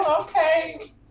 Okay